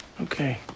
Okay